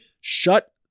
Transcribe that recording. Shut